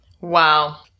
Wow